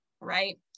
right